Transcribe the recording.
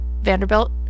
Vanderbilt